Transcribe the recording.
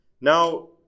now